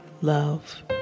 love